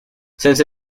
since